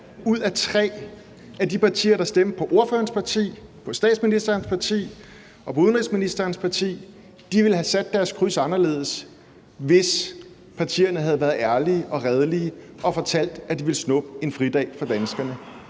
ud af tre, der stemte på ordførerens parti, på statsministerens parti og på udenrigsministerens parti, ville have sat deres kryds anderledes, hvis partierne havde været ærlige og redelige og fortalt, at de ville snuppe en fridag fra danskerne.